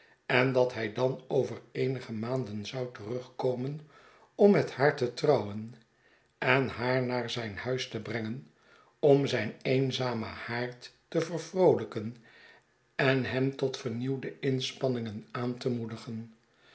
en dat hij dan over eenige maanden zou terugkomen om met haar te trouwen en haar naar zijn huis te brengen om zijn eenzamen haard te vervroolijken en hem tot vernieuwde inspanningen aan te moedigen